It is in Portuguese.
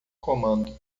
comando